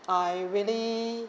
I really